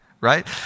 right